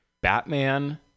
batman